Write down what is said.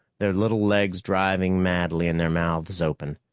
their little legs driving madly and their mouths open.